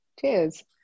cheers